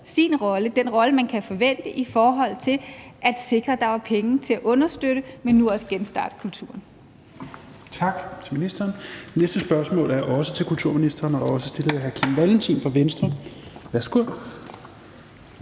sin rolle, den rolle, man kan forvente, i forhold til at sikre, at der var penge til at understøtte, men nu også genstarte kulturen.